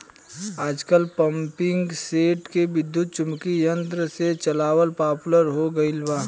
आजकल पम्पींगसेट के विद्युत्चुम्बकत्व यंत्र से चलावल पॉपुलर हो गईल बा